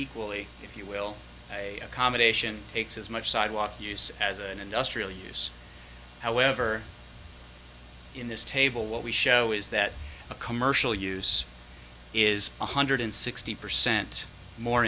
equally if you will a combination makes as much sidewalk use as an industrial use however in this table what we show is that a commercial use is one hundred sixty percent more